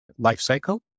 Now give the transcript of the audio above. lifecycle